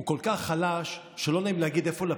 הוא כל כך חלש שלא נעים להגיד, איפה לפיד?